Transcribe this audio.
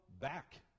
back